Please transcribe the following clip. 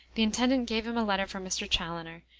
the intendant gave him a letter for mr. chaloner,